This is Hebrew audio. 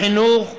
החינוך המיוחד.